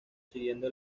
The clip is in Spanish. siguiendo